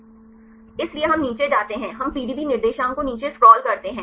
इसलिए हम नीचे जाते हैं हम पीडीबी निर्देशांक को नीचे स्क्रॉल करते हैं